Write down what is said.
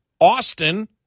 Austin